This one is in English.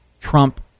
Trump